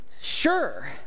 sure